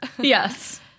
Yes